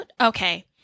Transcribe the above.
Okay